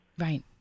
Right